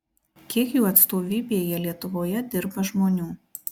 kiek jų atstovybėje lietuvoje dirba žmonių